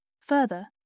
Further